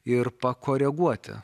ir pakoreguoti